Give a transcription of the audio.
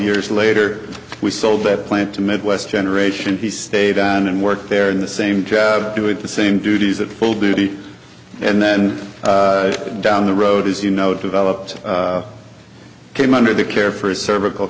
years later we sold that plant to midwest generation he stayed on and worked there in the same jab do it the same duties at full duty and then down the road as you know developed came under the care for his cervical